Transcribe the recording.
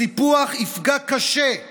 סיפוח יפגע קשה,